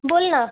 बोल ना